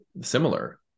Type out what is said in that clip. similar